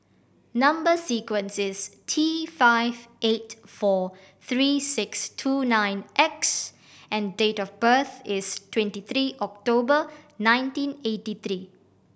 number sequence is T five eight four three six two nine X and date of birth is twenty three October nineteen eighty three